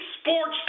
sports